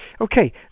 Okay